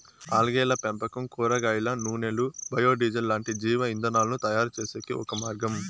ఆల్గేల పెంపకం కూరగాయల నూనెలు, బయో డీజిల్ లాంటి జీవ ఇంధనాలను తయారుచేసేకి ఒక మార్గం